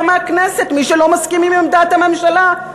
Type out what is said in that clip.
מהכנסת את מי שלא מסכים עם עמדת הממשלה?